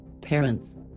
Parents